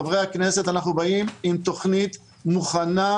חברי הכנסת עם תוכנית מוכנה,